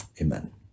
Amen